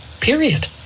Period